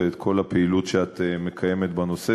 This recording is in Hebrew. ועל כל הפעילות שאת מקיימת בנושא,